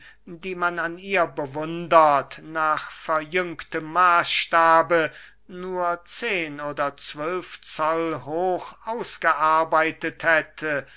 die man an ihr bewundert nach verjüngtem maßstabe nur zehen oder zwölf zoll hoch ausgearbeitet hätte